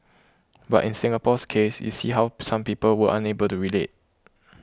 but in Singapore's case you see how some people were unable to relate